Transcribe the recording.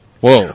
Whoa